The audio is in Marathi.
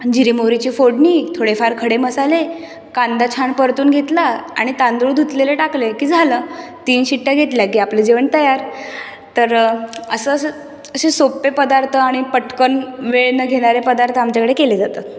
जिरे मोहरीची फोडणी थोडेफार खडे मसाले कांदा छान परतून घेतला आणि तांदूळ धुतलेले टाकले की झालं तीन शिट्ट्या घेतल्या की आपलं जेवण तयार तर असं असे सोपे पदार्थ आणि पटकन वेळ न घेणारे पदार्थ आमच्याकडे केले जातात